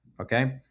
okay